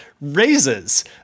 raises